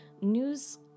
news